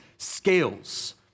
Scales